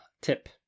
tip